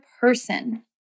person